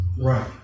Right